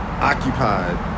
occupied